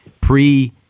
pre-